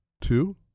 two